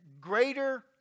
greater